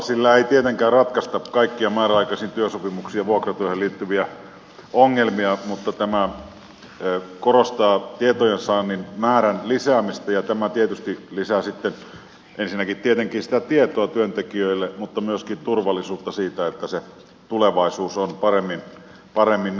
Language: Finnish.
sillä ei tietenkään ratkaista kaikkia määräaikaisiin työsopimuksiin ja vuokratyöhön liittyviä ongelmia mutta tämä korostaa tietojensaannin lisäämistä ja tämä tietysti lisää sitten ensinnäkin tietenkin sitä tietoa työntekijöille mutta myöskin turvallisuutta siitä että se tulevaisuus on paremmin nähtävillä